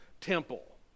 temple